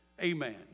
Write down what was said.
Amen